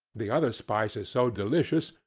the other spices so delicious,